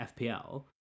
FPL